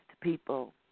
people